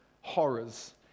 horrors